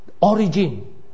origin